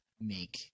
make